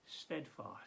steadfast